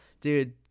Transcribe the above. dude